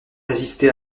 résisté